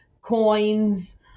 coins